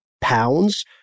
pounds